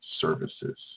services